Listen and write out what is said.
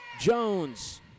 Jones